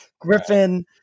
Griffin